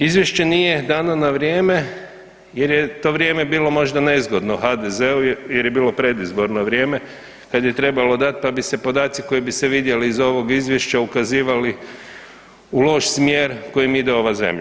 Izvješće nije dano na vrijeme jer je to vrijeme bilo možda nezgodno HDZ-u jer je bilo predizborno vrijeme kad je trebalo dat, pa bi se podaci koji bi se vidjeli iz ovog izvješća ukazivali u loš smjer kojim ide ova zemlja.